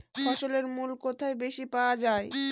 ফসলের মূল্য কোথায় বেশি পাওয়া যায়?